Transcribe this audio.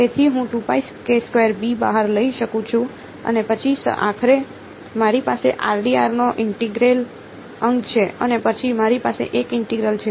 તેથી હું બહાર લઈ શકું છું અને પછી આખરે મારી પાસે નો ઇન્ટેગ્રલ અંગ છે અને પછી મારી પાસે એક ઇન્ટેગ્રલ છે